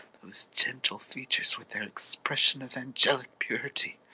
those gentle features with their expression of angelic purity!